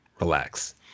relax